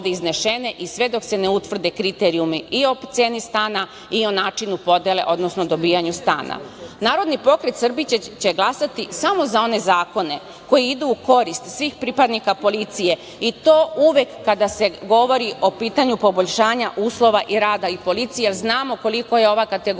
i sve dok se ne utvrde kriterijumi i o ceni stana, i o načinu podele, odnosno, dobijanju stana. Narodni pokret Srbije će glasati samo za one zakone koji idu u korist svih pripadnika policije i to uvek kada se govori o pitanju poboljšanja uslova i rada policije. Znamo koliko je ova kategorija